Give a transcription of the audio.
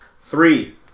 Three